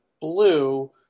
Blue